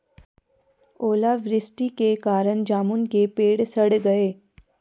ओला वृष्टि के कारण जामुन के पेड़ सड़ गए